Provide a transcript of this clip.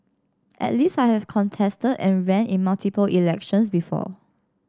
at least I have contested and ran in multiple elections before